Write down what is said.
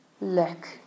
Look